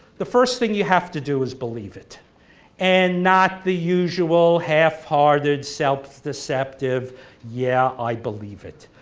the first thing you have to do is believe it and not the usual half-hearted self deceptive yeah i believe it.